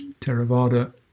Theravada